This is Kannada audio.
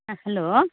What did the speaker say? ಹಾಂ ಹಲೋ